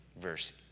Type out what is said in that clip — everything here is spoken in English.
verse